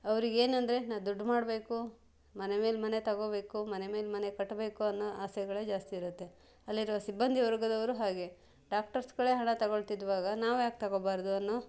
ಅವ್ರಿಗೆ ಏನಂದರೆ ನಾ ದುಡ್ಡು ಮಾಡಬೇಕು ಮನೆಮೇಲೆ ಮನೆ ತಗೋಬೇಕು ಮನೆಮೇಲೆ ಮನೆ ಕಟ್ಟಬೇಕು ಅನ್ನೋ ಆಸೆಗಳೇ ಜಾಸ್ತಿ ಇರುತ್ತೆ ಅಲ್ಲಿರುವ ಸಿಬ್ಬಂದಿವರ್ಗದವರು ಹಾಗೇ ಡಾಕ್ಟರ್ಸ್ಗಳೇ ಹಣ ತಗೊಳ್ತಿದ್ದಾಗ ನಾವು ಯಾಕೆ ತಗೋಬಾರ್ದು ಅನ್ನೋ